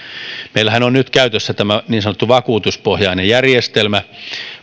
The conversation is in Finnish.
meillähän on nyt käytössä tämä niin sanottu vakuutuspohjainen järjestelmä